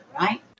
right